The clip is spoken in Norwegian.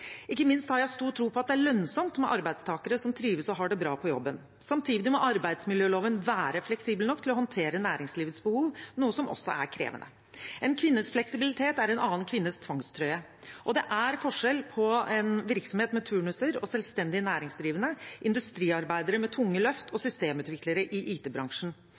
Ikke minst har jeg stor tro på at det er lønnsomt med arbeidstakere som trives og har det bra på jobben. Samtidig må arbeidsmiljøloven være fleksibel nok til å håndtere næringslivets behov, noe som også er krevende. En kvinnes fleksibilitet er en annen kvinnes tvangstrøye. Det er forskjell på en virksomhet med turnuser, selvstendig næringsdrivende, industriarbeidere med tunge løft og systemutviklere i